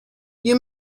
you